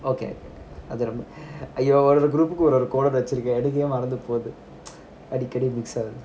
okay அய்யோஒருஒரு:aiyoo oru oru group கும்ஒரு:kkum oru codeword வச்சிருக்கேன்எடுக்கவேமறந்துடறேன்அடிக்கடி:vachirukken edukkave maradhuden adikadi miss ஆகுது:aakudhu